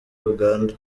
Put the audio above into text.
uganda